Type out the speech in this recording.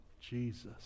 Jesus